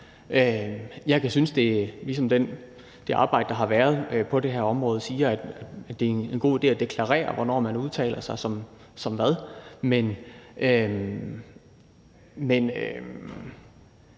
i den sammenhæng. Ligesom det arbejde, der har været på det her område, siger, kan jeg synes, at det er en god idé at deklarere, hvornår man udtaler sig som hvad.